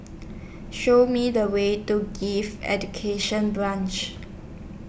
Show Me The Way to Education Branch